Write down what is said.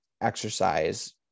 exercise